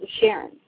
Sharon